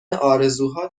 ارزوها